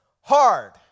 hard